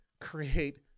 create